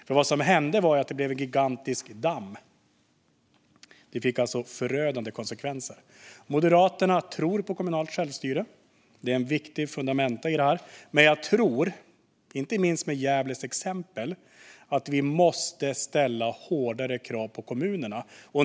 Det som hände var att det blev en gigantisk damm. Det här fick alltså förödande konsekvenser. Moderaterna tror på kommunalt självstyre. Det är viktiga fundamenta. Men jag tror, inte minst med tanke på Gävles exempel, att vi måste ställa hårdare krav på kommunerna.